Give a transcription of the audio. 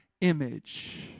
image